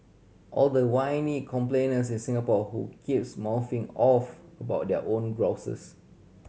all the whiny complainers in Singapore who keeps mouthing off about their own grouses